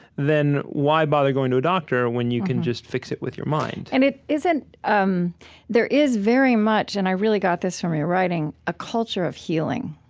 then why bother going to a doctor when you can just fix it with your mind? and it isn't um there is very much and i really got this from your writing a culture of healing,